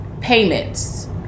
payments